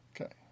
Okay